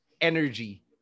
energy